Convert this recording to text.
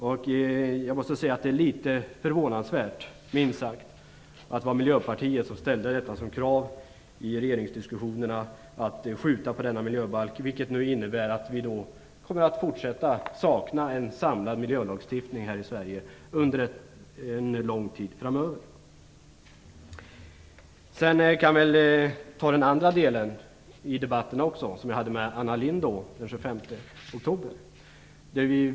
Det är minst sagt förvånande att det var Miljöpartiet som i regeringsdiskussionerna ställde som krav att man skulle skjuta på denna miljöbalk. Det innebär att vi nu kommer att fortsätta att sakna en samlad miljölagstiftning här i Sverige under en lång tid framöver. Den 25 oktober hade jag här en frågedebatt med Anna Lindh.